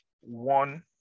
one